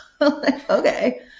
okay